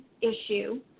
issue